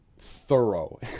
thorough